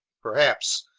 perhaps.